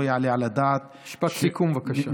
לא יעלה על הדעת, משפט סיכום, בבקשה.